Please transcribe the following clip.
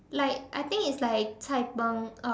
like I think it's like Cai-Png